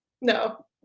no